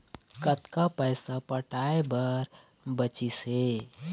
कतक पैसा पटाए बर बचीस हे?